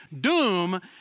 doom